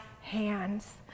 hands